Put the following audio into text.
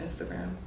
Instagram